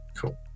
Cool